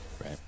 Right